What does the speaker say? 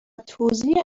توزیع